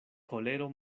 kolero